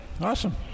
awesome